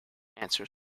answer